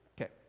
Okay